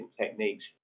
techniques